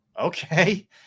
Okay